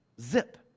Zip